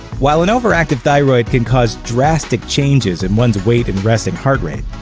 while an overactive thyroid can cause drastic changes in one's weight and resting heart rate,